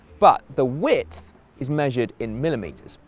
but the width is measured in millimetres,